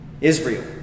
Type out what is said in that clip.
Israel